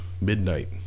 Midnight